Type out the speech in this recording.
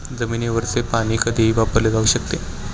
जमिनीवरचे पाणी कधीही वापरले जाऊ शकते